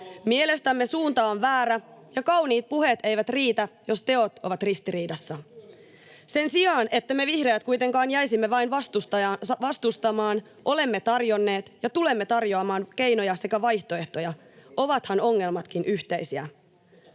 Mielestämme suunta on väärä, ja kauniit puheet eivät riitä, jos teot ovat ristiriidassa. Sen sijaan, että me vihreät kuitenkin jäisimme vain vastustamaan, olemme tarjonneet ja tulemme tarjoamaan keinoja sekä vaihtoehtoja — ovathan ongelmatkin yhteisiä.